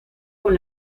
con